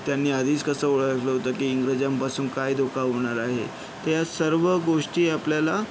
त्यांनी आधीच कसं ओळखलं होतं की इंग्रजांपासून काय धोका होणार आहे त्या सर्व गोष्टी आपल्याला